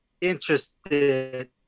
interested